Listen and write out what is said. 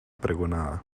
pregonada